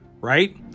right